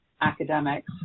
academics